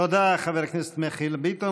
תודה, חבר הכנסת מיכאל ביטון.